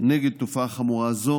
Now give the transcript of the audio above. נגד תופעה חמורה זו,